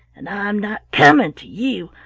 and i'm not coming to you.